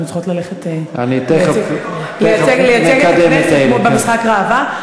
אנחנו צריכות ללכת לייצג את הכנסת במשחק ראווה.